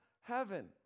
heaven